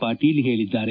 ಪಾಟೀಲ್ ಹೇಳಿದ್ದಾರೆ